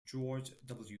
george